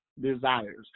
desires